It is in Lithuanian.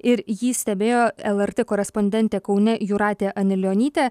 ir jį stebėjo lrt korespondentė kaune jūratė anilionytė